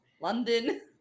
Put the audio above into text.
London